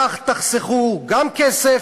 כך תחסכו גם כסף,